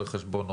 רואה חשבון,